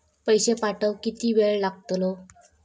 पैशे पाठवुक किती वेळ लागतलो?